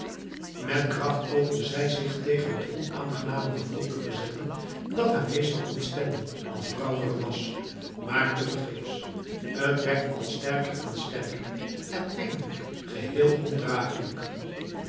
met kracht poogde zij zich tegen het onaangename gevoel te verzetten dat haar meestal ontstemde als brouwer er was maar tevergeefs t werd al sterker en sterker en eindelijk geheel ondragelijk